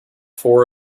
four